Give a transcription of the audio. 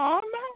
ହଁ ମ